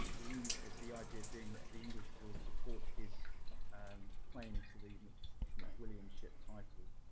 the the idea being that the english would support his um claims to the macwilliamship title.